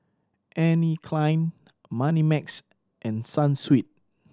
Anne Klein Moneymax and Sunsweet